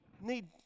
need